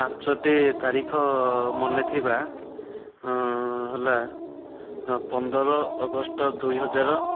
ପାଞ୍ଚଟି ତାରିଖ ମନେ ଥିବା ହେଲା ପନ୍ଦର ଅଗଷ୍ଟ ଦୁଇହଜାର